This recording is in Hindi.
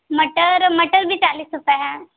मटर मटर भी चालीस रुपये है